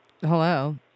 Hello